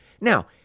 Now